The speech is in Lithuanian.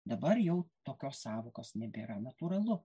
dabar jau tokios sąvokos nebėra natūralu